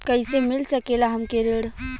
कइसे मिल सकेला हमके ऋण?